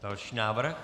Další návrh?